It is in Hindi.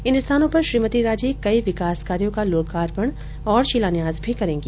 इन स्थानों पर श्रीमती राजे कई विकास कार्यो का लोकार्पण और शिलान्यास भी करेंगी